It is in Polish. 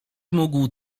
mógł